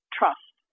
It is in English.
trust